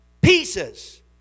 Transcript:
pieces